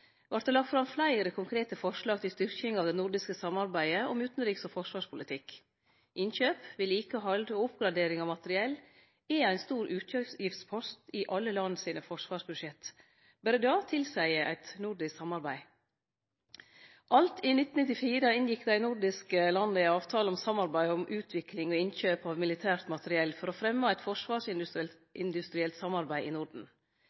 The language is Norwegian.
vart det lagt fram fleire konkrete forslag til styrking av det nordiske samarbeidet om utanriks- og forsvarspolitikk. Innkjøp, vedlikehald og oppgradering av materiell er ein stor utgiftspost i alle land sine forsvarsbudsjett. Berre dette tilseier eit nordisk samarbeid. Alt i 1994 inngjekk dei nordiske landa ein avtale om samarbeid om utvikling og innkjøp av militært materiell for å fremje eit forsvarsindustrielt samarbeid i Norden.